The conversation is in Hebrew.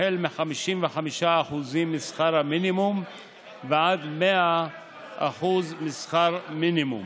החל מ-55% משכר המינימום ועד 100% משכר מינימום.